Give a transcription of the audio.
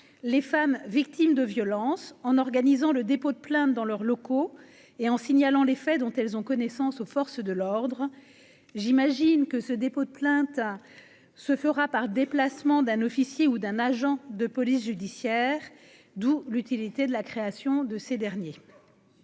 les femmes victimes de violences en organisant le dépôt de plainte dans leurs locaux et en signalant les faits dont elles ont connaissance aux forces de l'ordre, j'imagine que ce dépôt de plainte à se fera par déplacement d'un officier ou d'un agent de police judiciaire, d'où l'utilité de la création de ces derniers.